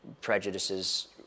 prejudices